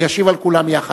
ישיב על כולן יחד.